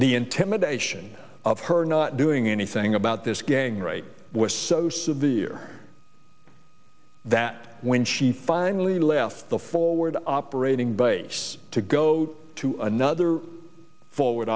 the intimidation of her not doing anything about this gang rape was so severe that when she finally left the forward operating base to go to another forward